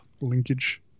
linkage